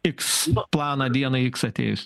iks planą dienai iks atėjus